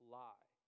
lie